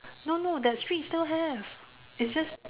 no no that street still have it's just